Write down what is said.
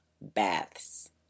baths